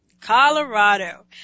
Colorado